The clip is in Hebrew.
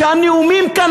שהנאומים כאן,